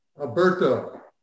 Alberto